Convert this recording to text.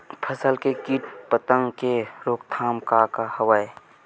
फसल के कीट पतंग के रोकथाम का का हवय?